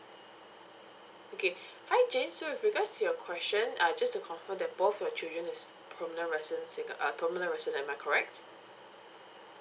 okay hi jane so with regards to your question uh just to confirm that both of your children is permanent resident sing~ uh permanent resident am I correct